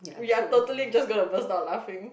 we are totally just gonna burst out laughing